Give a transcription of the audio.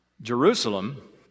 Jerusalem